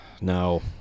No